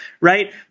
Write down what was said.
right